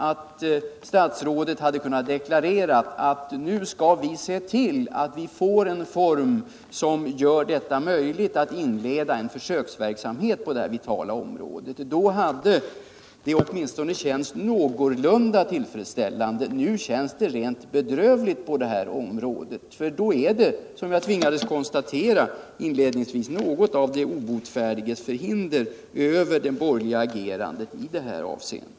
om statsrådet hade kunnat deklarera att vi nu skall se till att vi får en form som gör det möjligt att inleda en försöksverksamhet på detta vitala område. Då hade det åtminstone känts någorlunda tillfredsställande. Nu känns det rent bedrövligt. tör det är något av de obotfärdigas förhinder över det borgerliga agerandet ; detta avseende.